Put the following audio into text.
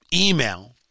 email